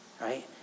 right